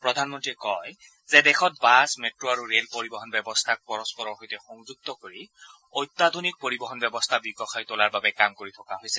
প্ৰধানমন্ত্ৰীয়ে কয় যে দেশত বাছ মেট্টো আৰু ৰেল পৰিবহণ ব্যৱস্থাক পৰস্পৰৰ সৈতে সংযুক্ত কৰি অত্যাধুনিক পৰিবহণ ব্যৱস্থা বিকশাই তোলাৰ বাবে কাম কৰি থকা হৈছে